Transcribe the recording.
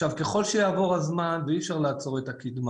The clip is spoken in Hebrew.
עכשיו, ככל שיעבור הזמן, ואי אפשר לעצור את הקדמה,